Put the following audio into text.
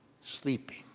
Sleeping